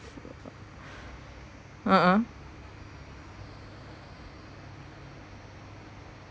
a'ah